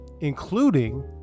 including